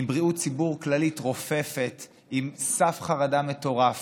עם בריאות ציבור כללית רופפת, עם סף חרדה מטורף